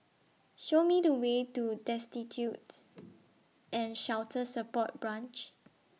Show Me The Way to Destitute and Shelter Support Branch